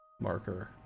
marker